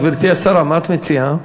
גברתי השרה, מה את מציעה?